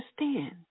understand